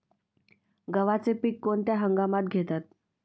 गव्हाचे पीक कोणत्या हंगामात घेतात?